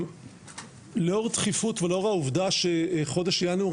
לאור דחיפות ולאור העובדה שחודש ינואר